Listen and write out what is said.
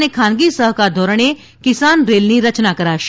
અને ખાનગી સહકાર ધોરણે કિસાન રેલની રચના કરાશે